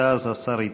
ואז השר יתייחס.